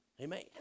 amen